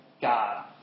God